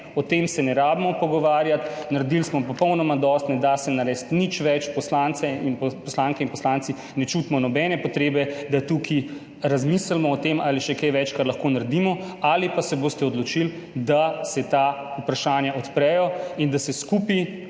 o tem se ni treba pogovarjati, naredili smo popolnoma dosti, ne da se narediti nič več, poslanke in poslanci ne čutimo nobene potrebe, da tukaj razmislimo o tem ali še kaj več kar lahko naredimo, ali pa se boste odločili, da se ta vprašanja odprejo in da se skupaj